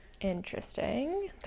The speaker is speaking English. Interesting